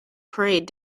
parade